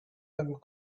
and